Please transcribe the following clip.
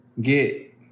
get